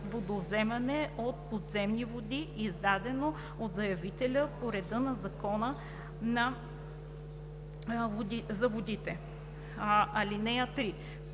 водовземане от подземни води, издадено на заявителя по реда на Закона за водите. (3)